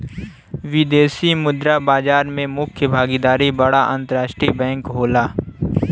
विदेशी मुद्रा बाजार में मुख्य भागीदार बड़ा अंतरराष्ट्रीय बैंक होला